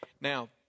Now